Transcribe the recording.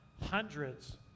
hundreds